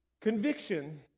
Conviction